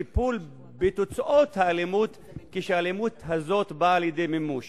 טיפול בתוצאות האלימות כשהאלימות הזאת באה לידי מימוש.